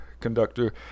conductor